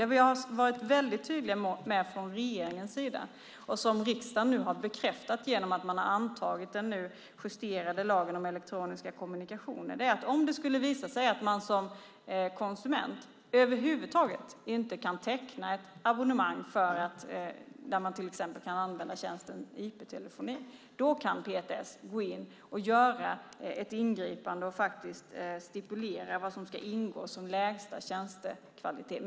Det som vi har varit mycket tydliga med från regeringens sida, och som riksdagen nu har bekräftat genom att man har antagit den nu justerade lagen om elektroniska kommunikationer, är att om det skulle visa sig att man som konsument över huvud taget inte kan teckna ett abonnemang där man till exempel kan använda tjänsten IP-telefoni kan PTS gå in och göra ett ingripande och faktiskt stipulera vad som ska ingå som lägsta tjänstekvalitet.